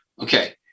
Okay